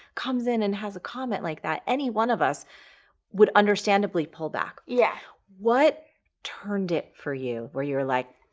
comes in and has a comment like that, any one of us would understandably pull back. yeah. what turned it for you where you were like,